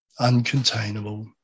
uncontainable